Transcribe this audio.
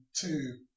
two